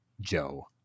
joe